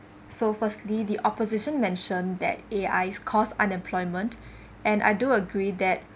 so firstly the opposition mentioned that A_I cause unemployment and I do agree that